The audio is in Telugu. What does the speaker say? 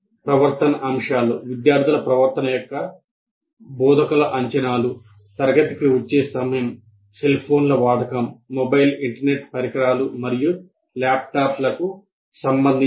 ప్రవర్తన అంచనాలు విద్యార్థుల ప్రవర్తన యొక్క బోధకుల అంచనాలు తరగతికి వచ్చే సమయం సెల్ ఫోన్ల వాడకం మొబైల్ ఇంటర్నెట్ పరికరాలు మరియు ల్యాప్టాప్లకు సంబంధించి